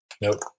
Nope